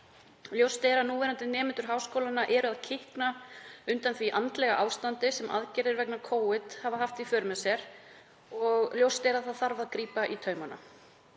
Ljóst er nemendur háskólanna eru að kikna undan því andlegu ástandi sem aðgerðir vegna Covid hafa haft í för með sér og blasir við að það þarf að grípa í taumana,